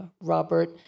Robert